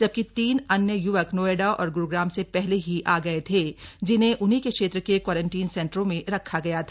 जबकि तीन अन्य य्वक नोएडा और ग्रूग्राम से पहले ही आ गए थे जिन्हें उन्हीं के क्षेत्र के क्वारंटीन सेंटरों में रखा गया था